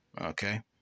Okay